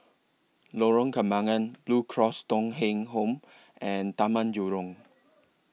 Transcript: Lorong Kembang Blue Cross Thong Kheng Home and Taman Jurong